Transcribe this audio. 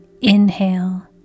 Inhale